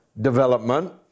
development